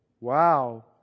Wow